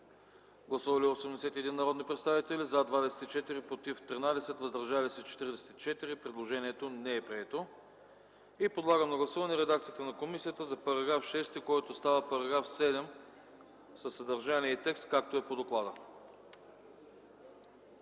Гласували 81 народни представители: за 24, против 13, въздържали се 44. Предложението не е прието. Подлагам на гласуване редакцията на комисията за § 6, който става § 7, със съдържание и текст, както е по доклада.